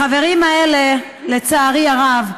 החברים האלה, לצערי הרב,